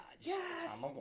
Yes